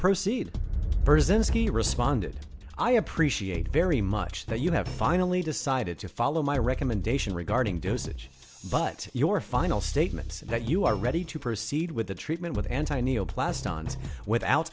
proceed berzinski responded i appreciate very much that you have finally decided to follow my recommendation regarding dosage but your final statement says that you are ready to proceed with the treatment with antonio plast ons without